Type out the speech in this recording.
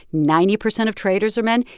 ninety percent of traders are men.